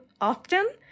often